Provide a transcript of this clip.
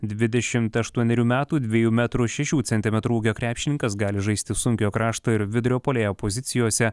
dvidešimt aštuonerių metų dviejų metrų šešių centimetrų ūgio krepšininkas gali žaisti sunkiojo krašto ir vidurio puolėjo pozicijose